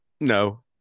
No